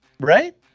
Right